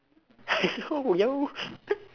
no yo